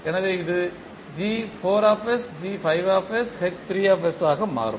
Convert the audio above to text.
எனவே இது ஆக மாறும்